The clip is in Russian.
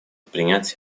принять